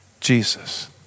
Jesus